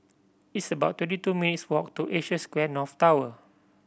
it's about twenty two minutes' walk to Asia Square North Tower